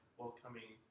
welcoming